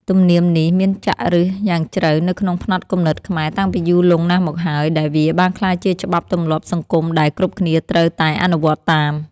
ទំនៀមនេះមានចាក់ឫសយ៉ាងជ្រៅនៅក្នុងផ្នត់គំនិតខ្មែរតាំងពីយូរលង់ណាស់មកហើយដែលវាបានក្លាយជាច្បាប់ទម្លាប់សង្គមដែលគ្រប់គ្នាត្រូវតែអនុវត្តតាម។